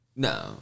No